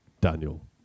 Daniel